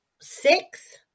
six